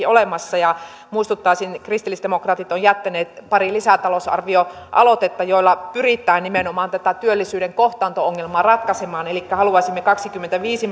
olemassa ja muistuttaisin kristillisdemokraatit ovat jättäneet pari lisätalousarvioaloitetta joilla pyritään nimenomaan tätä työllisyyden kohtaanto ongelmaa ratkaisemaan elikkä haluaisimme kaksikymmentäviisi